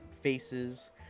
faces